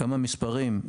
כמה מספרים,